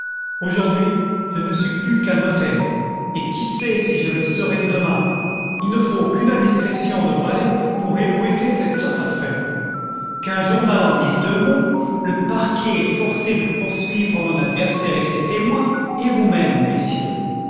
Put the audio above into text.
aujourd'hui je ne suis plus qu'un notaire et qui sait si je le serai demain il ne faut qu'une indiscrétion de valet pour ébruiter cette sotte affaire qu'un journal en dise deux mots le parquet est forcé de poursuivre mon adversaire et ses témoins et vousmêmes messieurs